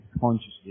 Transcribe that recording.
consciously